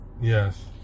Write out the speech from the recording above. yes